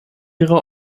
ihrer